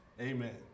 amen